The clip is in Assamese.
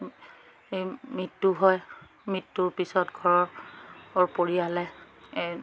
এই মৃত্যু হয় মৃত্যুৰ পিছত ঘৰৰ পৰিয়ালে